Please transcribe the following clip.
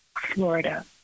Florida